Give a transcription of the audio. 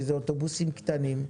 שזה אוטובוסים קטנים,